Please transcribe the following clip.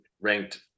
ranked